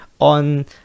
on